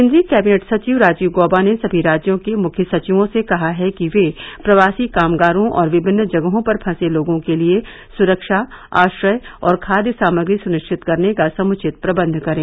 केन्द्रीय कैबिनेट सचिव राजीव गौबा ने सभी राज्यों के मुख्य सचिवों से कहा है कि वे प्रवासी कामगारों और विभिन्न जगहों पर फंसे लोगों के लिए सुरक्षा आश्रय और खाद्य सामग्री सुनिश्चित करने का समुचित प्रबंध करें